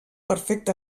perfecte